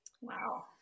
wow